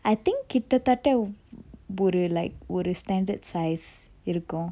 I think கிட்டத்தட்ட ஒரு:kittathatta like ஒரு:oru standard size இருக்கும்:irukkum